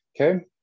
okay